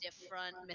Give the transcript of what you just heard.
different